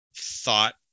thought